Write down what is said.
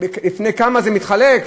בין כמה זה מתחלק.